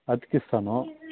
అతికిస్తాను